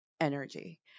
energy